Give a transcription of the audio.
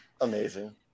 amazing